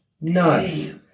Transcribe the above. Nuts